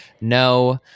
no